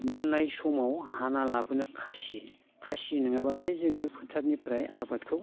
मोननाय समाव हाना लाबोनो खासि खासि नङाब्लाथाय जोङो फोथारनिफ्राय आबादखौ